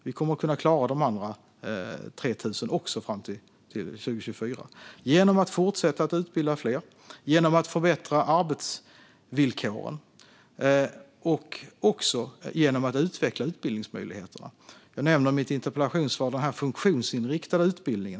Vi kommer att klara de andra 3 000 fram till 2024 genom att fortsätta utbilda fler, genom att förbättra arbetsvillkoren och genom att utveckla utbildningsmöjligheterna. Jag nämnde i mitt interpellationssvar den funktionsinriktade utbildningen.